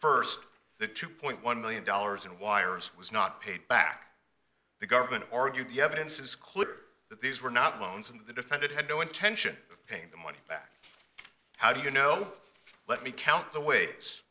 first the two point one million dollars and wires was not paid back the government argued the evidence is clear that these were not loans and the defendant had no intention of paying the money back how do you know let me count the ways